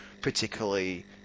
particularly